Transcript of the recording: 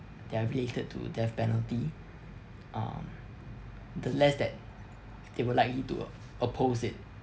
that are related to death penalty um the less that they would likely to oppose it